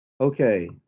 Okay